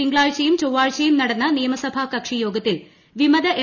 തിങ്കളാഴ്ചയും ചൊവ്വാഴ്ചയും നടന്ന നിയമസഭ കക്ഷി യോഗത്തിൽ വിമത എം